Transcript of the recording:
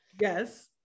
yes